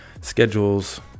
schedules